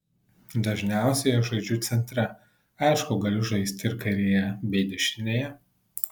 dažniausiai aš žaidžiu centre aišku galiu žaisti ir kairėje bei dešinėje